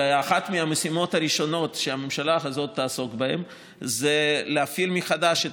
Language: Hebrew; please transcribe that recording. ואחת מהמשימות הראשונות שהממשלה הזאת תעסוק בהן היא להפעיל מחדש את